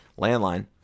Landline